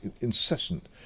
incessant